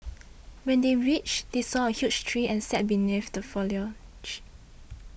when they reached they saw a huge tree and sat beneath the foliage